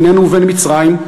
בינינו ובין מצרים,